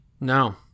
No